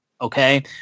Okay